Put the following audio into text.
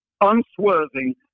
unswerving